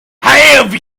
have